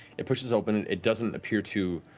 it pushes open. and it doesn't appear to